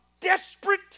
desperate